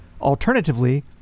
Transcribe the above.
Alternatively